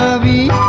ah the